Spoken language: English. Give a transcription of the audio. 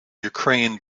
ukraine